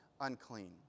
unclean